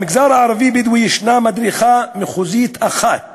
במגזר הערבי-בדואי ישנה מדריכה מחוזית אחת